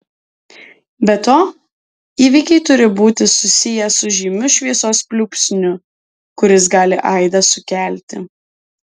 be to įvykiai turi būti susiję su žymiu šviesos pliūpsniu kuris gali aidą sukelti